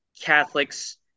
Catholics